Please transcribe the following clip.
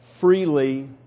freely